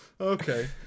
okay